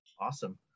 Awesome